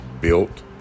built